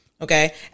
Okay